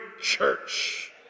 church